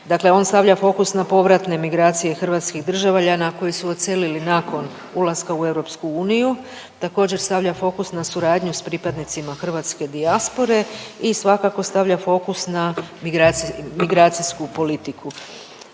Dakle, on stavlja fokus na povratne migracije hrvatskih državljana koji su odselili nakon ulaska u EU. Također stavlja fokus na suradnju s pripadnicima hrvatske dijaspore i svakako stavlja fokus na migraci… migracijsku politiku.